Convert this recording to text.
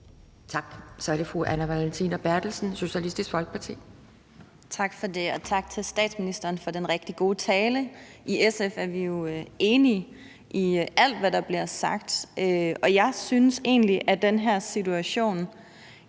Kl. 10:13 Anne Valentina Berthelsen (SF): Tak for det. Og tak til statsministeren for den rigtig gode tale. I SF er vi jo enige i alt, hvad der bliver sagt. Og jeg synes egentlig, at den her situation